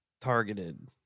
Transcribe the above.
targeted